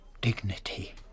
Dignity